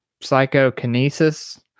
psychokinesis